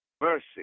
mercy